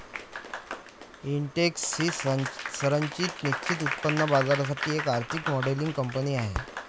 Intex ही संरचित निश्चित उत्पन्न बाजारासाठी एक आर्थिक मॉडेलिंग कंपनी आहे